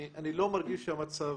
אני לא מרגיש שהמצב,